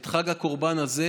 את חג הקורבן הזה.